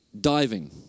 diving